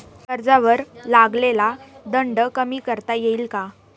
कर्जावर लागलेला दंड कमी करता येईल का?